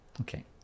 Okay